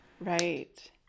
Right